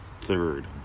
third